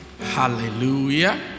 Hallelujah